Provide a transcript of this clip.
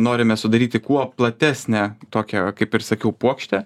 norime sudaryti kuo platesnę tokią kaip ir sakiau puokštę